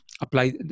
apply